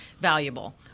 valuable